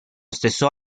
stesso